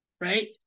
right